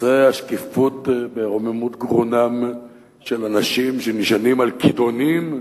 נושא השקיפות ברוממות גרונם של אנשים שנשענים על כידונים,